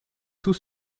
tous